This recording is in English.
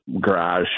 garage